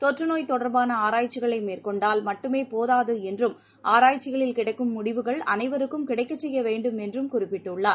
தொற்று நோய் தொடர்பான ஆராய்ச்சிகளை மேற்கொண்டால் மட்டுமே போதாது என்றும் ஆராய்ச்சிகளில் கிடைக்கும் முடிவுகள் அனைவருக்கும் கிடைக்கச்செய்ய வேண்டும் என்றும் குறிப்பிட்டுள்ளார்